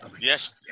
yes